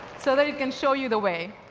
so that it can show you the way.